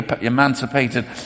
emancipated